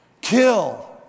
kill